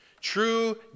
True